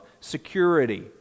security